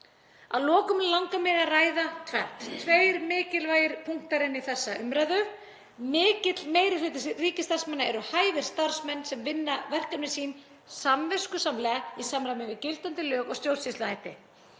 Að lokum langar mig að ræða tvennt, tveir mikilvægir punktar í þessa umræðu. Mikill meiri hluti ríkisstarfsmanna eru hæfir starfsmenn sem vinna verkefni sín samviskusamlega í samræmi við gildandi lög og stjórnsýsluhætti.